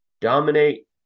Dominate